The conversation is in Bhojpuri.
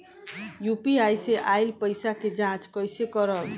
यू.पी.आई से आइल पईसा के जाँच कइसे करब?